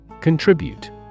Contribute